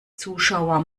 zuschauer